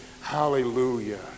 hallelujah